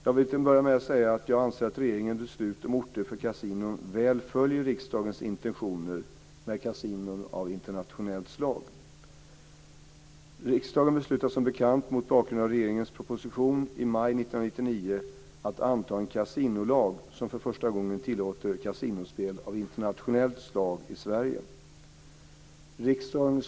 Jag vill till en början säga att jag anser att regeringens beslut om orter för kasinon väl följer riksdagens intentioner med kasinon av internationellt slag. Riksdagen beslutade som bekant, mot bakgrund av regeringens proposition 1998/99:80, i maj 1999 att anta en kasinolag som för första gången tillåter kasinospel av internationellt slag i Sverige.